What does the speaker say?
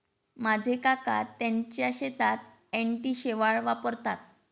माझे काका त्यांच्या शेतात अँटी शेवाळ वापरतात